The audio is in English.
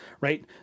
right